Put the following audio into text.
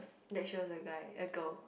that she was a guy a girl